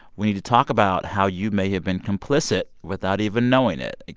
we need to talk about how you may have been complicit without even knowing it.